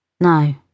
No